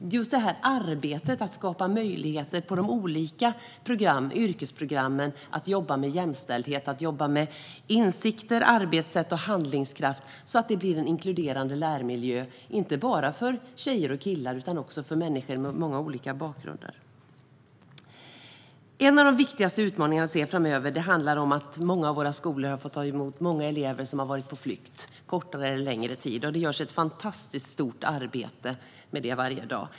Det handlar just om arbetet med att skapa möjligheter på de olika yrkesprogrammen, att jobba med jämställdhet, insikter, arbetssätt och handlingskraft så att det ska bli en inkluderande lärmiljö. Det gäller inte bara för tjejer och killar utan också för personer med många olika bakgrunder. En av de viktigaste utmaningarna som jag ser framöver handlar om att många av våra skolor har fått ta emot många elever som har varit på flykt, under kort eller lång tid. Det görs ett fantastiskt stort arbete med det varje dag.